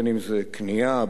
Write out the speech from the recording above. אם קנייה,